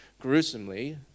gruesomely